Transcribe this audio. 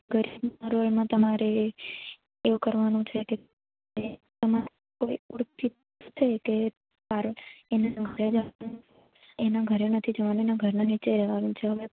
કર્સીના રોલમાં તમારે એવું કરવાનું છે કે તમારે કોઈ ઓળખીતું છે કે ધારો એના ઘરે જવાનું એના ઘરે નથી જવાનું એના ઘરના નીચે રહેવાનું છે હવે